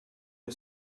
you